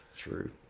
true